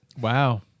Wow